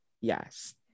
yes